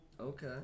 Okay